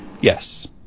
Yes